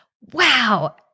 wow